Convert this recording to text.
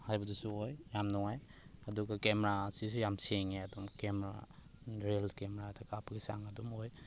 ꯍꯥꯏꯕꯗꯨꯁꯨ ꯑꯣꯏ ꯌꯥꯝ ꯅꯨꯡꯉꯥꯏ ꯑꯗꯨꯒ ꯀꯦꯃꯦꯔꯥꯁꯤꯁꯨ ꯌꯥꯝ ꯁꯦꯡꯉꯤ ꯑꯗꯨꯝ ꯀꯦꯃꯦꯔꯥ ꯔꯤꯌꯦꯜ ꯀꯦꯃꯦꯔꯥꯗ ꯀꯥꯞꯄꯒꯤ ꯆꯥꯡ ꯑꯗꯨꯝ ꯑꯣꯏ